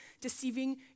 deceiving